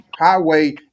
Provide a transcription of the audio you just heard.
highway